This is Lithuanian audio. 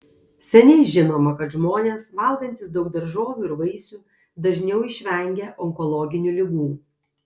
seniai žinoma kad žmonės valgantys daug daržovių ir vaisių dažniau išvengia onkologinių ligų